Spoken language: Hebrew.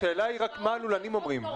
השאלה היא מה הלולנים אומרים?